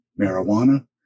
marijuana